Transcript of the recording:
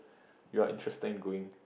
you are interested in going